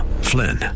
Flynn